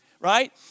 right